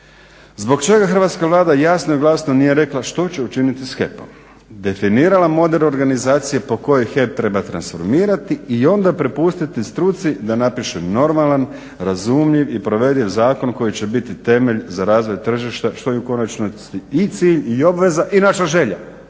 Zbog čega hrvatska Vlada jasno i glasno nije rekla što će učiniti sa HEP-om, definirala model organizacije po kojoj HEP treba transformirati i onda prepustiti struci da napiše normalan, razumljiv i provediv zakon koji će biti temelj za razvoj tržišta što je u konačnici i cilj i obveza i naša želja